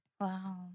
Wow